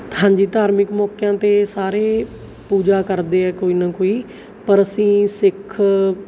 ਹਾਂਜੀ ਧਾਰਮਿਕ ਮੌਕਿਆਂ 'ਤੇ ਸਾਰੇ ਪੂਜਾ ਕਰਦੇ ਆ ਕੋਈ ਨਾ ਕੋਈ ਪਰ ਅਸੀਂ ਸਿੱਖ